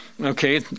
Okay